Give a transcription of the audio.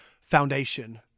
foundation